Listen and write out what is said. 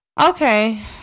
Okay